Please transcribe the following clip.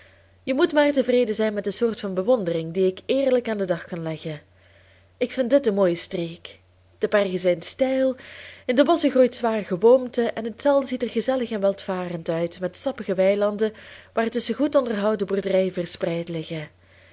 je moet maar tevreden zijn met de soort van bewondering die ik eerlijk aan den dag kan leggen ik vind dit een mooie streek de bergen zijn steil in de bosschen groeit zwaar geboomte en het dal ziet er gezellig en welvarend uit met sappige weilanden waartusschen goed onderhouden boerderijen verspreid liggen